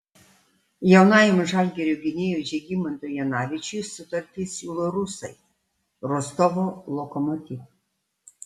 jaunajam žalgirio gynėjui žygimantui janavičiui sutartį siūlo rusai rostovo lokomotiv